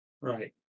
Right